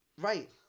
Right